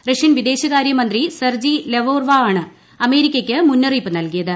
Russian വിദേശകാര്യ മന്ത്രി Sergey ലെവോർവാണ് അമേരിക്കയ്ക്ക് മുന്നറിയിപ്പ് നൽകിയത്